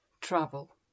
travel